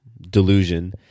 delusion